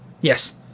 Yes